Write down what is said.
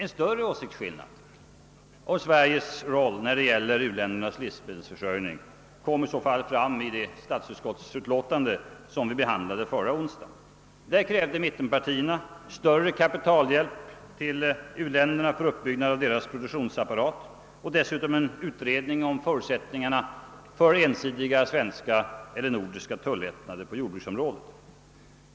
En större åsiktsskillnad rörande Sveriges roll i u-ländernas livsmedelsförsörjning kom i så fall fram i det utlåtande av statsutskottet som vi behandlade förra onsdagen. Där krävde mittenpartierna större kapitalhjälp till u-länderna för uppbyggnad av deras produktionsapparat samt dessutom en utred ning om förutsättningarna för ensidiga svenska eller nordiska tullättnader på jordbrukets område.